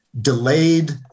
delayed